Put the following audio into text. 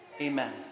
Amen